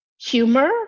Humor